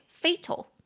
Fatal